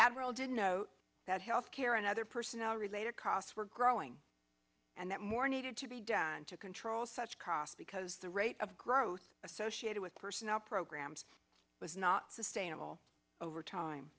admiral didn't note that health care and other personnel related costs were growing and that more needed to be done to control such cost because the rate of growth associated with personnel programs was not sustainable over time